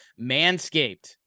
Manscaped